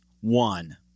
One